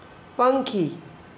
પંખી